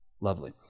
lovely